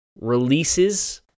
releases